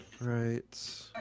right